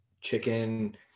chicken